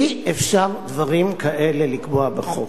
אי-אפשר דברים כאלה לקבוע בחוק.